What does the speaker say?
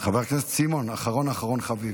חבר הכנסת סימון, אחרון אחרון חביב.